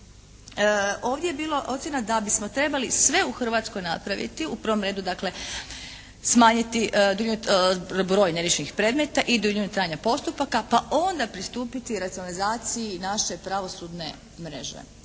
Ovdje je bila ocjena da bismo trebali sve u Hrvatskoj napraviti, u prvom redu dakle smanjiti broj neriješenih predmeta i duljinu trajanja postupaka pa onda pristupiti racionalizaciji naše pravosudne mreže.